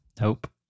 Nope